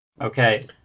Okay